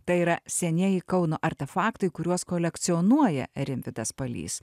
tai yra senieji kauno artefaktai kuriuos kolekcionuoja rimvydas palys